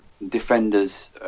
Defenders